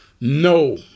No